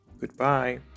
Goodbye